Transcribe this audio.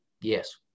Yes